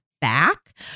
back